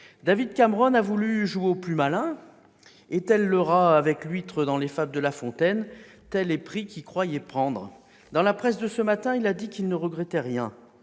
David Cameron a voulu jouer au plus malin, et tel le rat avec l'huître dans les fables de La Fontaine, « tel est pris qui croyait prendre ». Dans la presse de ce matin, il a dit qu'il ne regrettait rien.